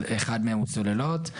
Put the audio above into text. אחד מהם הוא סוללות.